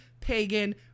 pagan